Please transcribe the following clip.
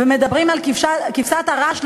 ומדברים על כבשת הרש,